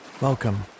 Welcome